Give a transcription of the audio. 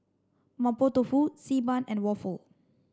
Mapo Tofu xi ban and waffle